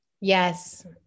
Yes